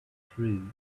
threw